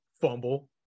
fumble